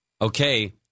Okay